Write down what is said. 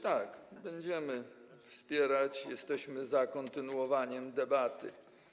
Tak, będziemy to wspierać, jesteśmy za kontynuowaniem debaty.